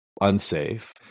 unsafe